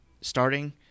starting